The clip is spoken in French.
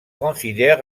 considèrent